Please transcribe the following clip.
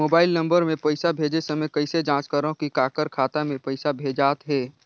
Mobile number मे पइसा भेजे समय कइसे जांच करव की काकर खाता मे पइसा भेजात हे?